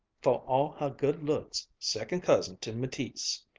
fo' all heh good looks, second cousin to mattice!